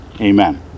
amen